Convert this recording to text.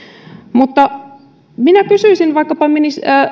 mutta minä kysyisin vaikkapa